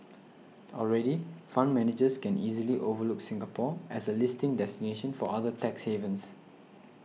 already fund managers can easily overlook Singapore as a listing destination for other tax havens